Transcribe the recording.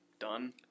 done